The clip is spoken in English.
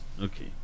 okay